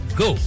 go